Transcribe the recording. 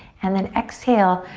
and then exhale,